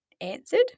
answered